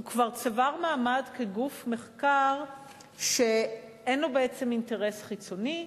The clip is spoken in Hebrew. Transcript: הוא כבר צבר מעמד כגוף מחקר שאין לו אינטרס חיצוני,